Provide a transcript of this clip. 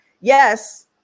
yes